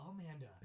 Amanda